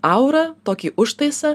aurą tokį užtaisą